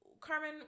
Carmen